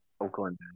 Oakland